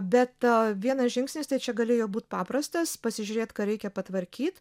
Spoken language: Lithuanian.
bet a vienas žingsnis tai čia galėjo būt paprastas pasižiūrėt ką reikia patvarkyt